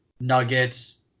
Nuggets